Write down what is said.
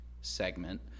segment